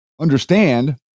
understand